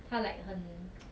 她 like 很